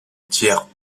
tiers